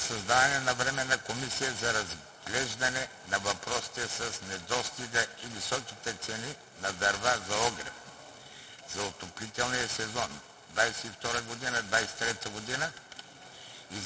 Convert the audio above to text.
създаване на Временна комисия за разглеждане на въпросите с недостига и високите цени на дървата за огрев за отоплителен сезон 2022 – 2023 г. и